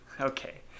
Okay